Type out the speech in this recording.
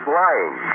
lying